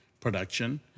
production